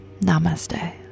Namaste